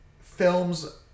films